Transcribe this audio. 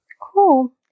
Cool